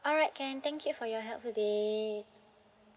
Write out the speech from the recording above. alright can thank you for your help today